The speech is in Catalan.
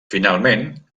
finalment